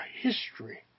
history